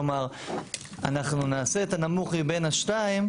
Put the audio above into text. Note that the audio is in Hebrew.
כלומר אנחנו נעשה את הנמוך מבין השניים